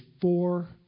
four